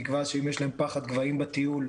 תקווה שאם יש להם פחד גבהים בטיול,